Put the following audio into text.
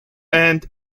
and